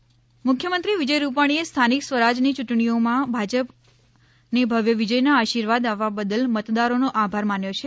આવકાર અને આભાર મુખ્યમંત્રી વિજય રૂપાણીએ સ્થાનિક સ્વરાજ ની ચૂંટણીઓ માં ભાજપ ને ભવ્ય વિજય ના આશીર્વાદ આપવા બદલ મતદારો નો આભાર માન્યો છે